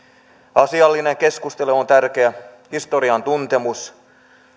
asiallinen keskustelu on tärkeää historian tuntemus